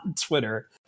Twitter